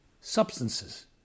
substances